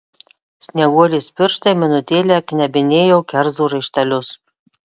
snieguolės pirštai minutėlę knebinėjo kerzų raištelius